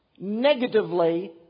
negatively